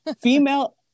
Female